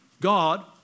God